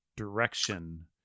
direction